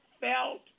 felt